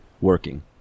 working